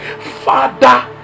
father